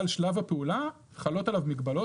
אבל שלב הפעולה חלות עליו מגבלות.